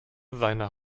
seine